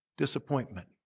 disappointment